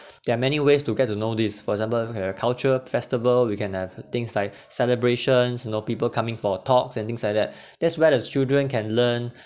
there are many ways to get to know this for example we have culture festival we can have things like celebrations you know people coming for talks and things like that that's where the children can learn